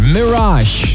Mirage